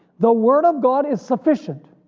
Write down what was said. the word of god is sufficient.